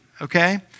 okay